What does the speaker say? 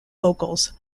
vocals